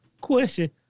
question